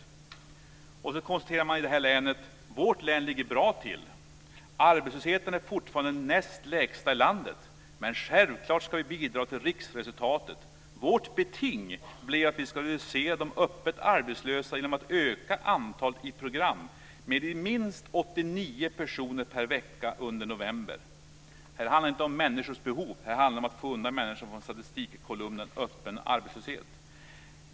I det här länet konstaterar man: Vårt län ligger bra till. Arbetslösheten är fortfarande den näst lägsta i landet, men självklart ska vi bidra till riksresultatet. Vårt beting blir att vi ska minska antalet öppet arbetslösa genom att öka antalet i program med minst Här handlar det inte om människors behov. Här handlar det om att få undan människor från statistikkolumnen öppen arbetslöshet.